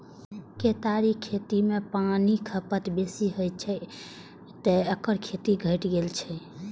केतारीक खेती मे पानिक खपत बेसी होइ छै, तें एकर खेती घटि गेल छै